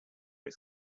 his